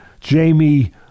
Jamie